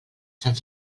sant